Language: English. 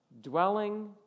dwelling